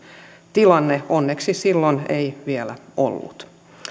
tilanne onneksi silloin ei vielä ollut